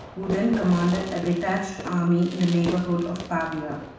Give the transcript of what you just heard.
who then commanded a detached army in the neighborhood of pavia.